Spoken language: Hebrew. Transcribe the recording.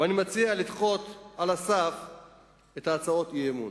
ואני מציע לדחות על הסף את הצעות האי-אמון.